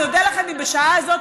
אני אודה לכם אם בשעה הזאת,